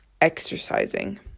exercising